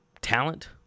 talent